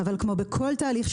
אבל כמו בכל תהליך,